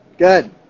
Good